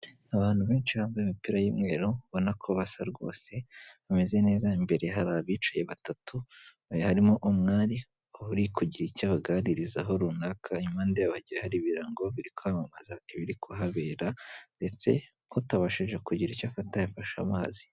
Abantu benshi bambaye imipira y'umweru ubona ko basa rwose bameze neza, imbere hari abicaye batatu harimo umwari aho uri kugira icyo abaganirizaho runaka, impande y'abo hagiye hari ibirango biri kwamamaza ibiri kuhabera ndetse k'utabashije kugira icyo afata, yafashe amazi.